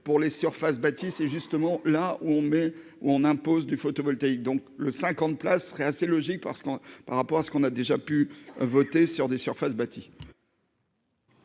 pour les surfaces bâties c'est justement là où on met, on impose du photovoltaïque, donc le 50 places serait assez logique parce qu'on par rapport à ce qu'on a déjà pu voter sur des surfaces bâties.